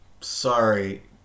sorry